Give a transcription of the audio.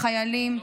החיילים,